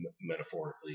Metaphorically